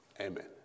Amen